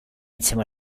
insieme